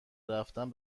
رفتن